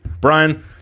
Brian